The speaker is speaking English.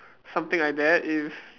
something like that if